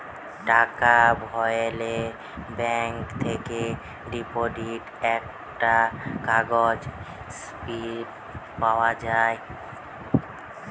টাকা ভরলে ব্যাঙ্ক থেকে ডিপোজিট একটা কাগজ স্লিপ পাওয়া যায়